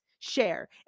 share